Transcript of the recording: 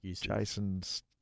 Jason's